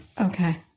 Okay